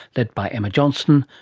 led by emma johnston,